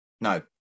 No